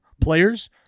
players